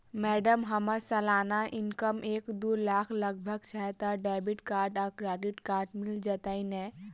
Madam हम्मर सलाना income एक दु लाख लगभग छैय तऽ डेबिट कार्ड आ क्रेडिट कार्ड मिल जतैई नै?